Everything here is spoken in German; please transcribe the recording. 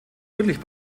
wirklich